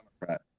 Democrat